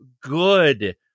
good